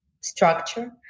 structure